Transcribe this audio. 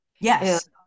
yes